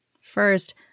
First